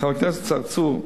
חבר הכנסת צרצור,